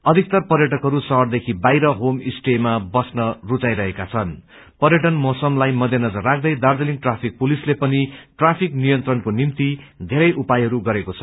अधिकतर पर्यटकहरू शहरदेखि बाहिर होम स्टेमा बस्न रूवाइरहेका छन्ं पर्यअन मौसमलाइ मध्यनजर राख्दै दार्जीलिङ ट्राफिक पुलिसले पनि ट्राफिक नियंत्रणको निम्ति बेरे उपायहरू गरेको छ